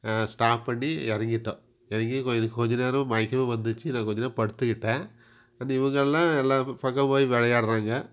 stop பண்ணி இறங்கிட்டோம் இறங்கி கொஞ்ச எனக்கு கொஞ்சம் நேரம் மயக்கமே வந்துச்சு நான் கொஞ்சம் நேரம் படுத்துகிட்டேன் அண்ட் இவங்களெல்லாம் எல்லாருமே பக்கம் போய் விளையாடுறாங்க